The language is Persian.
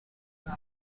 میده